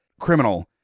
criminal